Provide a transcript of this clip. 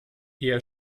eher